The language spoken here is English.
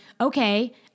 Okay